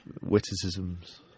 witticisms